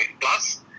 plus